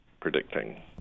predicting